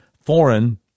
foreign